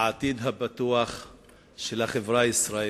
העתיד הבטוח של החברה הישראלית,